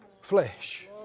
flesh